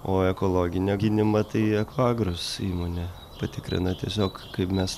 o ekologinio gynimą tai okoagrus įmonė patikrina tiesiog kaip mes